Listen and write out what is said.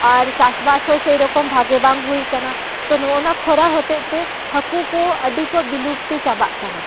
ᱟᱨ ᱪᱟᱥ ᱵᱟᱥ ᱦᱚᱸ ᱥᱮ ᱨᱚᱠᱚᱢ ᱵᱷᱟᱜᱮ ᱵᱟᱝ ᱦᱩᱭ ᱟᱠᱟᱱᱟ ᱛᱳ ᱱᱚᱜᱼᱱᱟ ᱠᱷᱚᱨᱟ ᱦᱚᱛᱮᱫ ᱛᱮ ᱦᱟᱹᱠᱩ ᱠᱚ ᱟᱹᱰᱤ ᱠᱚ ᱵᱤᱞᱩᱯᱛᱤ ᱪᱟᱵᱟᱜ ᱠᱟᱱᱟ